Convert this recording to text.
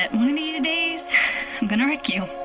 one of these days i'm going to wreck you,